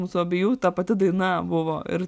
mūsų abiejų ta pati daina buvo ir